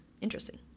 interesting